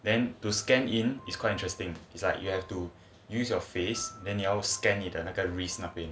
then to scan in is quite interesting is like you have to use your face then 你要 scan it and 那个 wrist 那边